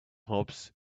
hobs